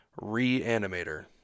Reanimator